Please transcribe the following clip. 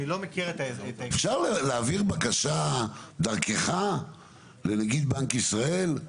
אני לא מכיר את ה --- אפשר להעביר בקשה דרכך לנגיד בנק ישראל?